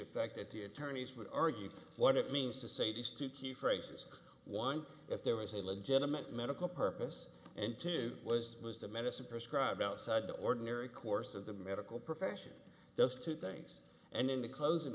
efect at the attorneys would argue what it means to say these two key phrases one if there was a legitimate medical purpose and two was the medicine prescribe outside the ordinary course of the medical profession those two things and in the closing